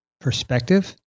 perspective